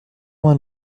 vingt